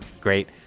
Great